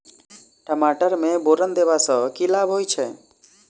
टमाटर मे बोरन देबा सँ की लाभ होइ छैय?